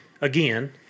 again